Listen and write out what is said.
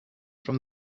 from